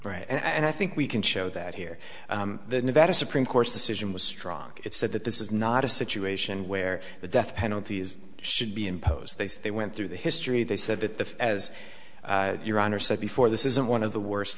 table and i think we can show that here the nevada supreme court's decision was strong it said that this is not a situation where the death penalty is should be imposed they say they went through the history they said that the as your honor said before this isn't one of the worst